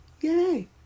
Yay